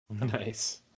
Nice